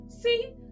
see